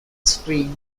screen